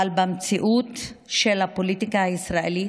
אבל במציאות של הפוליטיקה הישראלית